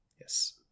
Yes